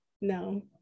No